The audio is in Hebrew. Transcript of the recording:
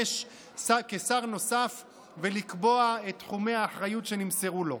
שר נוסף ולקבוע את תחומי האחריות שנמסרו לו.